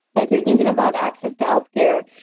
you're thinking about access to health care,